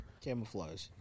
Camouflage